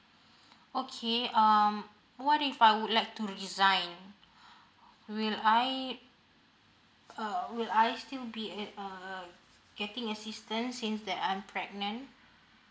okay um what if I would like to resign will I err will I still be at err getting assistance since that I'm pregnant